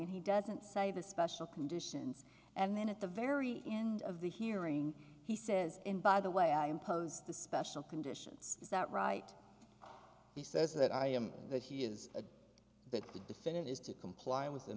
and he doesn't cite the special conditions and then at the very end of the hearing he says in by the way i impose the special conditions is that right he says that i am that he is a that the defendant is to comply with the